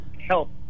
help